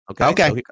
Okay